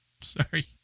Sorry